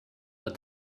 but